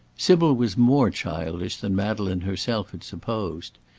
sybil was more childish than madeleine herself had supposed.